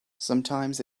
sometimes